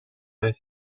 vez